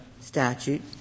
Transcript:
statute